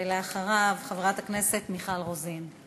אחריו, חברת הכנסת מיכל רוזין.